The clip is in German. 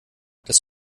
das